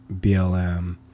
BLM